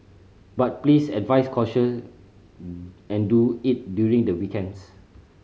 but please advise caution and do it during the weekends